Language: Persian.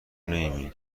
نمیبینی